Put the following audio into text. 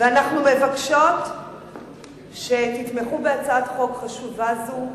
ואנחנו מבקשות שתתמכו בהצעת חוק חשובה זו,